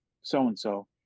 so-and-so